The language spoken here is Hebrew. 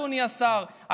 אדוני השר,